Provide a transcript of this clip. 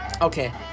okay